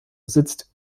sitzt